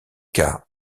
cas